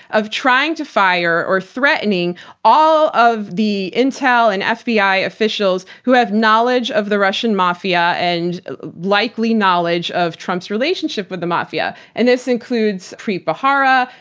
of trying to fire or threatening all of the intel and fbi officials who have knowledge of the russian mafia and likely knowledge of trump's relationship with the mafia. and this includes preet bharara,